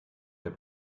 der